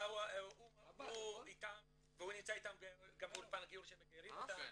הוא נמצא איתם גם באולפן הגיור שמגיירים אותם.